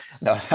no